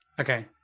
Okay